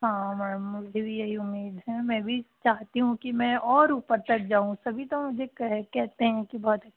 हाँ मैडम मुझे भी यही उम्मीद है मैं भी चाहती हूँ कि मैं और ऊपर तक जाऊँ तभी तो मुझे कहते हैं कि बहुत